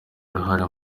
uruhare